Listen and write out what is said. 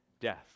death